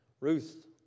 Ruth